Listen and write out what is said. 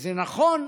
זה נכון,